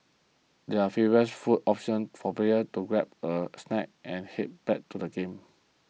there are food options for players to grab a snack and head back to the game